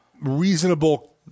reasonable